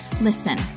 listen